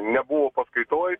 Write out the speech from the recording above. nebuvo paskaitoj